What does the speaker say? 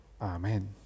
Amen